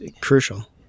crucial